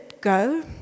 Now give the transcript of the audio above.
go